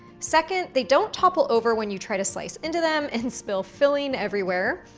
second, they don't topple over when you try to slice into them and spill filling everywhere,